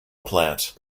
plant